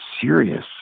serious